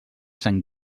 sant